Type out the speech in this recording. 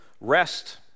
rest